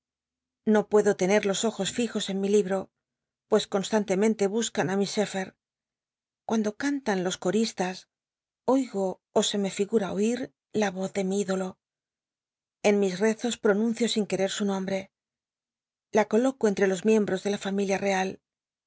o puedo tener los ojos fijos en mi libro pues constantemente buscan á miss d cuando cantan los coristas oigo ó se me figma oi r la i'oz de mi ídolo en mis rezos pronuncio sin querer su nombre la coloco entre los de casa miembros de la familia real